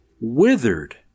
withered